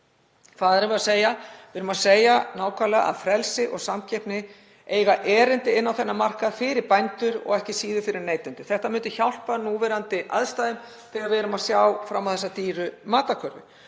Hvað erum við að segja? Við erum að segja nákvæmlega að frelsi og samkeppni eiga erindi inn á þennan markað fyrir bændur og ekki síður fyrir neytendur. Þetta myndi hjálpa í núverandi aðstæðum þegar við sjáum fram á þessa dýru matarkörfu